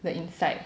the inside